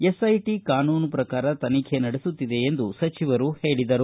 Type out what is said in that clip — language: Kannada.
ಎಸ್ಐಟಿ ಕಾನೂನು ಪ್ರಕಾರ ತನಿಖೆ ನಡೆಸುತ್ತಿದೆ ಎಂದು ಸಚಿವರು ಹೇಳಿದರು